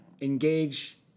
engage